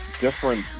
different